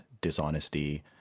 dishonesty